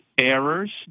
errors